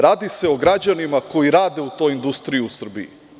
Radi se o građanima koji rade u toj industriji u Srbiji.